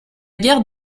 guerre